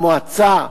המועצה המשפטנית,